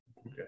Okay